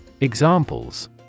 Examples